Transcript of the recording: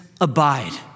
abide